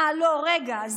אה, לא, רגע.